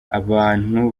abantu